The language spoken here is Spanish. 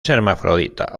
hermafrodita